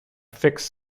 fixed